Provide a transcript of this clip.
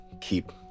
keep